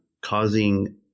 causing